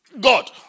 God